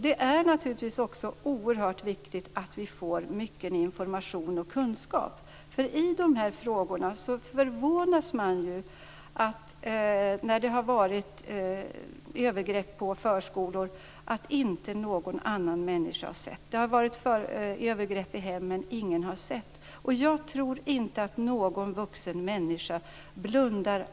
Det är naturligtvis oerhört viktigt att vi får mycken information och kunskap i dessa frågor, för man har ju förvånats när det har skett övergrepp vid förskolor över att inte någon har sett vad som skett. Det har skett övergrepp i hemmen, men ingen har sett något. Jag tror inte att någon vuxen människa blundar.